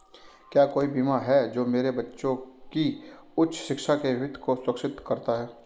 क्या कोई बीमा है जो मेरे बच्चों की उच्च शिक्षा के वित्त को सुरक्षित करता है?